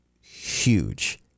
huge